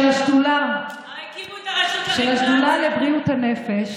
של השדולה לבריאות הנפש.